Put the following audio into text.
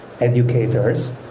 educators